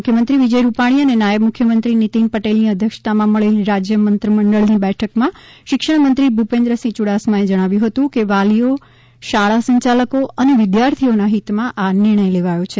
મુખ્યમંત્રી વિજય રૂપાણી અને નાયબ મુખ્યમત્રી નિતિન પટેલની અધ્યક્ષતામાં મળેલી રાજય મંત્રમંડળની બેઠકમાં શિક્ષણમંત્રી ભૂપેન્દ્રસિંહ ચુડાસમાએ જણાવ્યુ હતુ કે વાલીઓ શાળા સંચાલકો અને વિદ્યાર્થીઓના હિતમાં આ નિર્ણય લેવાથો છે